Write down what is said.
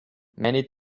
many